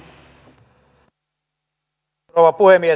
arvoisa rouva puhemies